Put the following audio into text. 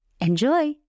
Enjoy